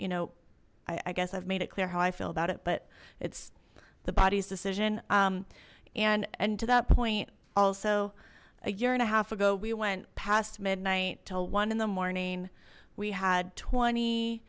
you know i guess i've made it clear how i feel about it but it's the body's decision and and to that point also a year and a half ago we went past midnight till in the morning we had twenty